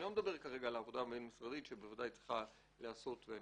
אני לא מדבר כרגע על העבודה הבין משרדית שבוודאי צריכה להיעשות - אני